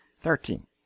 thirteen